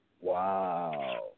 Wow